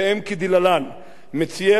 יוזמי החוק יעקב כץ,